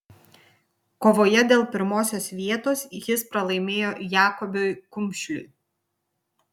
kovoje dėl pirmosios vietos jis pralaimėjo jakobiui kumšliui